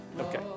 Okay